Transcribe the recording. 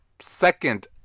second